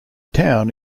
town